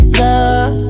love